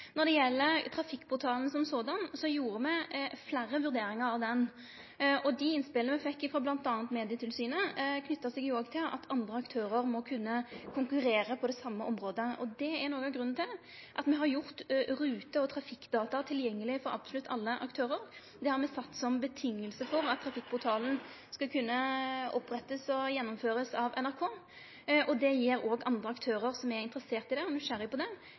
Når det gjeld Trafikkportalen, gjorde me fleire vurderingar av han. Dei innspela me fekk frå bl.a. Medietilsynet, var knytte til at andre aktørar må kunne konkurrere på det same området, og det er noko av grunnen til at me har gjort rute- og trafikkdata tilgjengelege for absolutt alle aktørar. Det har me sett som føresetnad for at Trafikkportalen skal kunne opprettast og gjennomførast av NRK, og det gjev andre aktørar som er interesserte i det og nysgjerrige på det, moglegheit til å ta tak i det.